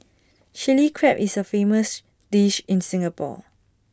Chilli Crab is A famous dish in Singapore